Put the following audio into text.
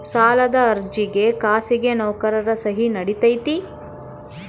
ಸಾಲದ ಅರ್ಜಿಗೆ ಖಾಸಗಿ ನೌಕರರ ಸಹಿ ನಡಿತೈತಿ?